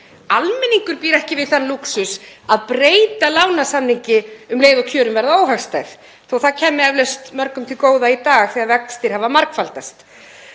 Almenningur býr ekki við þann lúxus að breyta lánasamningi um leið og kjörin verða óhagstæð þótt það kæmi eflaust mörgum til góða í dag þegar vextir hafa margfaldast.